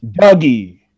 dougie